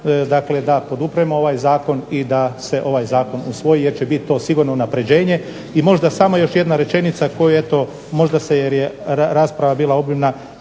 da podupremo ovaj Zakon i da se ovaj Zakon usvoji jer će to biti sigurno unaprjeđenje, i možda samo još jedna rečenica, možda je rasprava bila obilna,